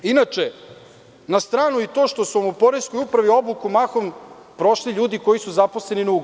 Inače, na stranu i to što su u poreskoj upravi obuku mahom prošli ljudi koji su zaposleni na ugovor.